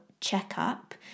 checkup